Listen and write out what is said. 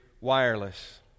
wireless